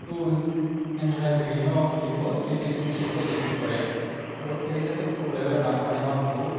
টুল এনেধৰণে বিভিন্ন শিল্প শিল্পী শিল্প সৃষ্টি কৰে আৰু এই ক্ষেত্ৰত ক'বলৈ গ'লে বানপানীয়ে আমাক বহুত